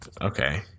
okay